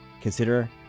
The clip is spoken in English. consider